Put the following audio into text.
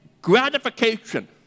Gratification